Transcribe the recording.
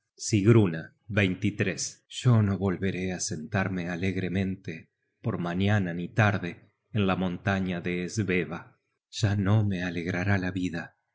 at sigruna yo no volveré á sentarme alegremente por mañana ni tarde en la montaña de sveva ya no me alegrará la vida